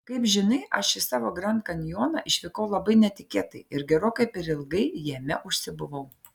kaip žinai aš į savo grand kanjoną išvykau labai netikėtai ir gerokai per ilgai jame užsibuvau